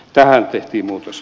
tähän tehtiin muutos